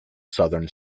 southern